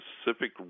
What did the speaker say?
specific